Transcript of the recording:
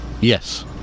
Yes